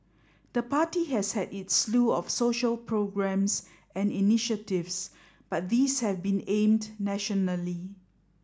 the party has had its slew of social programmes and initiatives but these have been aimed nationally